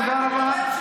תודה רבה.